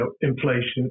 inflation